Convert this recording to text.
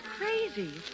crazy